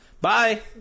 Bye